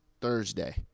Thursday